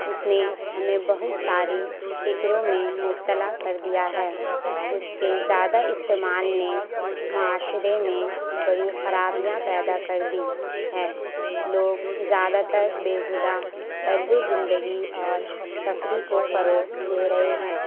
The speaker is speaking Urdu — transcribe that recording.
اس نے ہمیں بہت ساری فکروں میں مبتلا کر دیا ہے اس کے زیادہ استعمال نے معاشرے میں بڑی خرابیاں پیدا کر دی ہیں لوگ زیادہ تر بیہودہ طرز زندگی اور تفریح کو فروغ دے رہے ہیں